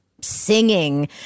singing